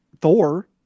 Thor